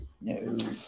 No